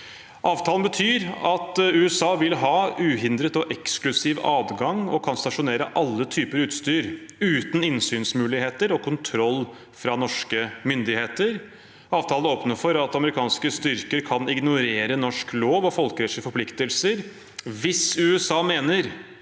Avtalen betyr at USA vil ha uhindret og eksklusiv adgang og kan stasjonere alle typer utstyr uten innsynsmuligheter og kontroll fra norske myndigheter. Avtalen åpner for at amerikanske styrker kan ignorere norsk lov og folkerettslige forpliktelser hvis USA mener